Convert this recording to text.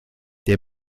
der